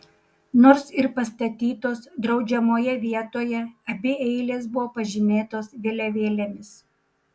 nors ir pastatytos draudžiamoje vietoje abi eilės buvo pažymėtos vėliavėlėmis